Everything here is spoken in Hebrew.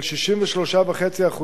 של 63.5%,